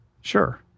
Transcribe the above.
Sure